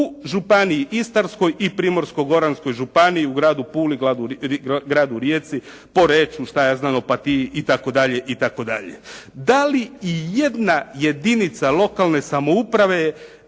u Županiji istarskoj i Primorsko-goranskoj županiji, u gradu Puli, gradu Rijeci, Poreču, šta ja znam Opatiji itd. itd. Da li i jedna jedinica lokalne samouprave